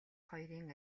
хоёрын